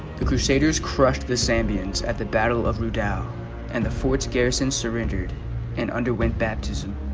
the crusaders crushed the samians at the battle of lu tao and the fort's garrison surrendered and underwent baptism